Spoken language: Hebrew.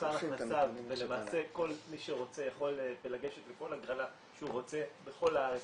מבחן הכנסה ולמעשה כל מי שרוצה יכול לגשת לכל הגרלה שהוא רוצה בכל הארץ,